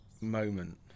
moment